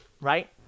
right